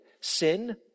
sin